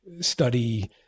study